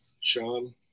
Sean